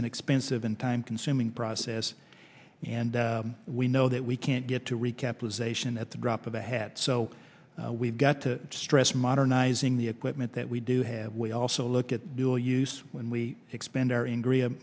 an expensive and time consuming process and we know that we can't get to recapitalization at the drop of a hat so we've got to stress modernizing the equipment that we do have we also look at dual use when we expand our angry